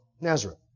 Nazareth